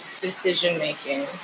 decision-making